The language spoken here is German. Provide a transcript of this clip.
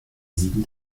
sieben